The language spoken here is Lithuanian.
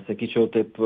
sakyčiau taip